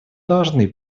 должны